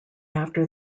after